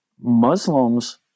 Muslims